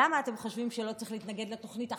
למה אתם חושבים שלא צריך להתנגד לתוכנית עכשיו,